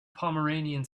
pomeranian